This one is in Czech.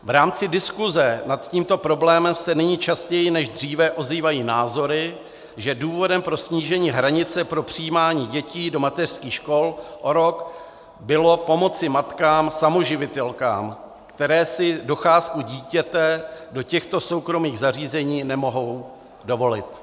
V rámci diskuse nad tímto problémem se nyní častěji než dříve ozývají názory, že důvodem pro snížení hranice pro přijímání dětí do mateřských škol o rok bylo pomoci matkám samoživitelkám, které si docházku dítěte do těchto soukromých zařízení nemohou dovolit.